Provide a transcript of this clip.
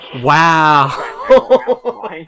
Wow